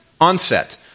onset